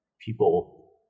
people